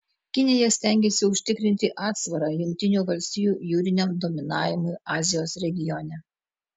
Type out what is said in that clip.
kinija stengiasi užtikrinti atsvarą jungtinių valstijų jūriniam dominavimui azijos regione